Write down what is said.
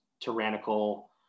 tyrannical